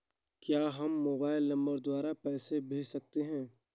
क्या हम mobile number द्वारा पैसे भेज सकते हैं?